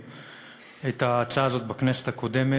את ההצעה הזאת בכנסת הקודמת.